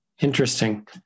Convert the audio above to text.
interesting